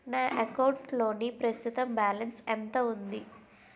నా అకౌంట్ లోని ప్రస్తుతం బాలన్స్ ఎంత ఉంది?